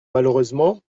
malheureusement